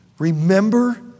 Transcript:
Remember